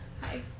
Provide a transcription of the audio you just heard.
Hi